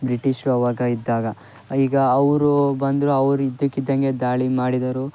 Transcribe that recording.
ಬ್ರಿಟಿಷರು ಅವಾಗ ಇದ್ದಾಗ ಈಗ ಅವ್ರು ಬಂದರು ಅವ್ರು ಇದ್ದಕ್ಕಿದ್ದಂಗೆ ದಾಳಿ ಮಾಡಿದರು